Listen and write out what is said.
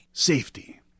Safety